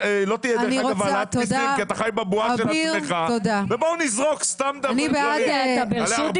ההצעה שהוצעה, ופה אתם צריכים לבוא לידי ביטוי,